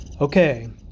Okay